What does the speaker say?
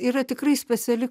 yra tikrai speciali